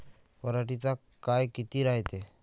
पराटीचा काळ किती रायते?